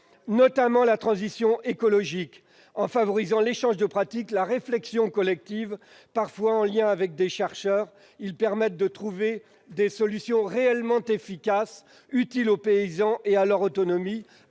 notamment la transition écologique. En favorisant l'échange de pratiques, la réflexion collective, parfois en lien avec des chercheurs, ils permettent de trouver des solutions réellement efficaces, utiles aux paysans et à leur autonomie,